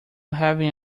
having